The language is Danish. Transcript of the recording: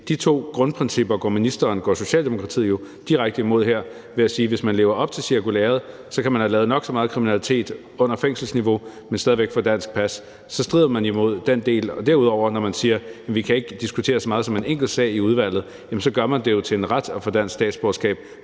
de to grundprincipper går ministeren og Socialdemokratiet jo direkte imod her ved at sige, at hvis man lever op til cirkulæret, kan man have begået nok så meget kriminalitet under fængselsniveau, men stadig væk få et dansk pas. Så det strider imod den del. Derudover gør man det jo, når man siger, at vi ikke kan diskutere så meget som en eneste sag i udvalget, til en ret at få dansk statsborgerskab,